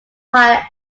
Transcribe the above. higher